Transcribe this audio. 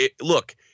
look